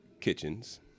Kitchens